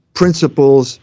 principles